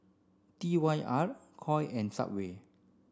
T Y R Koi and Subway